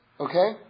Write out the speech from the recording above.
Okay